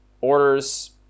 Orders